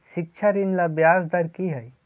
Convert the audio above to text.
शिक्षा ऋण ला ब्याज दर कि हई?